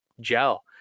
gel